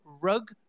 rug